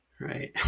right